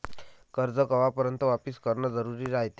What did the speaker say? कर्ज कवापर्यंत वापिस करन जरुरी रायते?